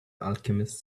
alchemist